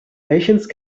patience